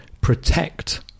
Protect